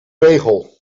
regel